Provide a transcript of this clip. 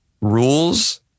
rules